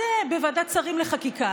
את בוועדת שרים לחקיקה.